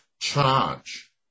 charge